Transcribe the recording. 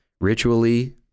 ritually